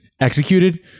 executed